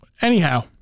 anyhow